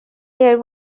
year